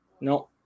No